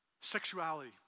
Sexuality